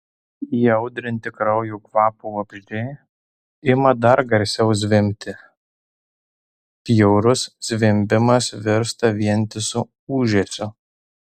įaudrinti kraujo kvapo vabzdžiai ima dar garsiau zvimbti bjaurus zvimbimas virsta vientisu ūžesiu